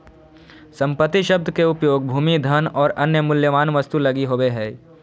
संपत्ति शब्द के उपयोग भूमि, धन और अन्य मूल्यवान वस्तु लगी होवे हइ